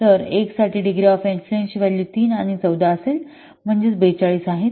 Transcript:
जर 1 साठी degree of influence ची व्हॅल्यू 3 आणि 14 असेल म्हणजे 42 आहे